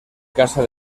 casa